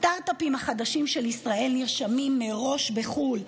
הסטרטאפים החדשים של ישראל נרשמים מראש בחו"ל.